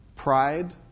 Pride